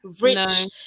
rich